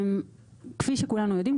כפי שכולנו יודעים,